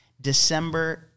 December